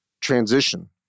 transition